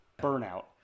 burnout